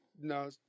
No